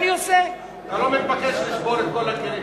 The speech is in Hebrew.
אתה לא מתבקש לשבור את כל הכלים,